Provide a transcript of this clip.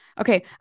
Okay